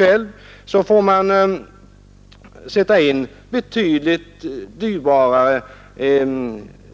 Man får då göra betydligt större